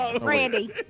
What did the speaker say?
Randy